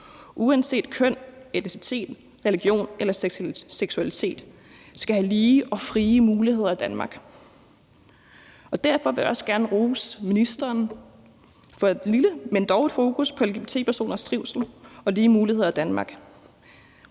uanset køn, etnicitet, religion eller seksualitet, skal have lige og frie muligheder i Danmark, og derfor vil jeg også gerne rose ministeren for et lille, men dog et fokus på lgbt-personers trivsel og lige muligheder i Danmark.